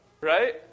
right